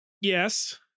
Yes